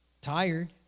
tired